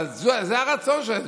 אבל זה הרצון שלהם,